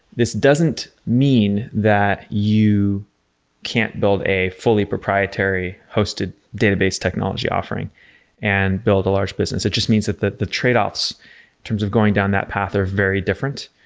this doesn't mean that you can't build a fully proprietary hosted database technology offering and build a large business. it just means that that the tradeoffs in terms of going down that path are very different.